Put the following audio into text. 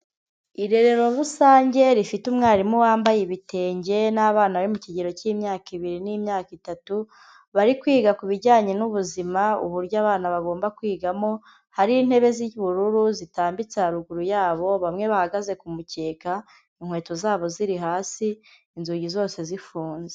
Irerero rusange rifite umwarimu wambaye ibitenge n'abana bari mu kigero cy'imyaka ibiri n'imyaka itatu, bari kwiga ku bijyanye n'ubuzima, uburyo abana bagomba kwigamo hari intebe z'ubururu, zitambitse haruguru yabo, bamwe bahagaze kumukeka inkweto zabo ziri hasi inzugi zose zifunze.